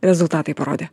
rezultatai parodė